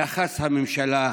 יחס הממשלה,